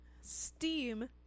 STEAM